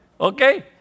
Okay